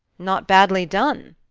not badly done,